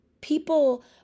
people